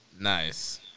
Nice